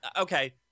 okay